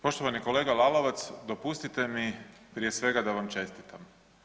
Poštovani kolega Lalovac, dopustite mi, prije svega da vam čestitam.